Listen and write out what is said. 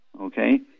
Okay